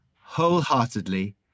wholeheartedly